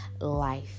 life